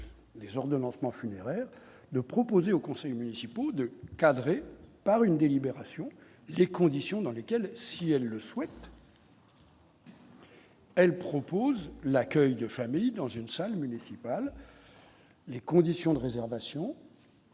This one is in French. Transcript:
les ordonnancement funéraire de proposer aux conseils municipaux de cadrer par une délibération, les conditions dans lesquelles, si elle le souhait. Elle propose l'accueil de familles dans une salle municipale, les conditions de réservation.